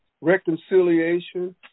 reconciliation